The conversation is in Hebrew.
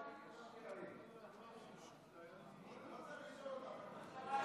אתה לא צריך לשאול אותם.